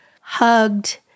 hugged